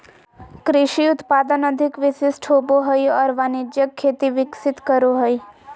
कृषि उत्पादन अधिक विशिष्ट होबो हइ और वाणिज्यिक खेती विकसित करो हइ